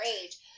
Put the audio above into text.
age